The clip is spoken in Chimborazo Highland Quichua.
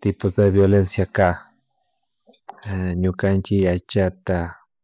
tipos de vilenciaka ñukanchik aychata